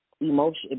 emotion